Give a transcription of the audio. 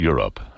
Europe